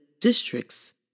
districts